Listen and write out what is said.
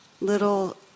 little